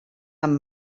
amb